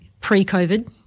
pre-COVID